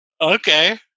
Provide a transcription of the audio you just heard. okay